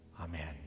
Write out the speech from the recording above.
Amen